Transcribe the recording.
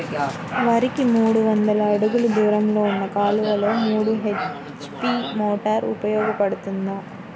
వరికి మూడు వందల అడుగులు దూరంలో ఉన్న కాలువలో మూడు హెచ్.పీ మోటార్ ఉపయోగపడుతుందా?